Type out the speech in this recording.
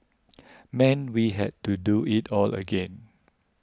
meant we had to do it all again